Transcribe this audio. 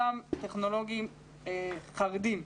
אותם טכנולוגים חרדים,